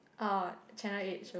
oh channel eight show